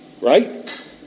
Right